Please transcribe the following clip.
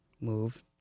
move